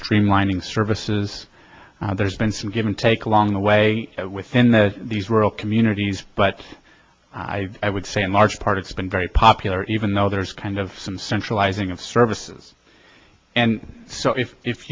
streamlining services there's been some give and take along the way within the these rural communities but i would say in large part it's been very popular even though there's kind of some centralizing of services and so if if